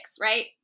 right